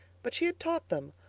but she had taught them,